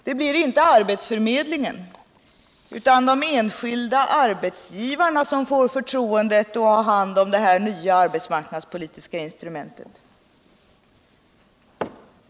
Det blir inte arbetsförmedlingen utan de enskilda arbetsgivarna som får förtroendet att ha hand om detta nya arbetsmarknadspolitiska instrument.